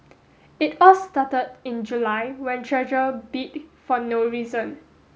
it all started in July when Treasure bit for no reason